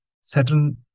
certain